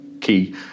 key